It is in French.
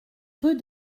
rue